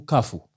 Kafu